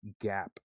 gap